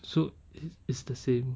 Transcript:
so it's the same